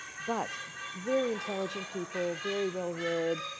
but very intelligent people, very well read,